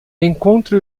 encontre